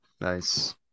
Nice